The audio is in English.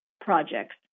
projects